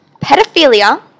Pedophilia